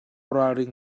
ralring